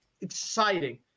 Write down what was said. exciting